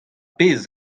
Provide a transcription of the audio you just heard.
pezh